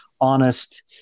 honest